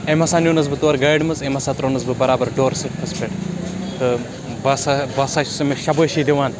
أمۍ ہَسا نیوٗنَس بہٕ تور گاڑِ منٛز أمۍ ہَسا ترٛوونَس بہٕ برابر ڈورَس پٮ۪ٹھ تہٕ بہٕ ہَسا بہٕ ہَسا چھُس أمِس شَبٲشی دِوان